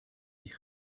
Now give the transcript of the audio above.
nicht